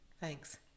Thanks